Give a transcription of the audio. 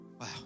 Wow